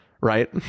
right